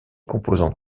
composants